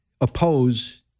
oppose